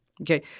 Okay